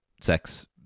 sex